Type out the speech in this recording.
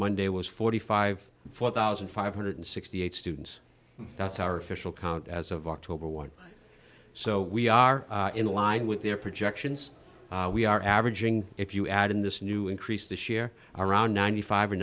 monday was forty five thousand five hundred and sixty eight students that's our official count as of october one so we are in line with their projections we are averaging if you add in this new increase this year around ninety five